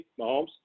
Mahomes